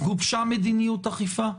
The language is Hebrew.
גובשה מדיניות אכיפה?